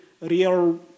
real